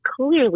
clearly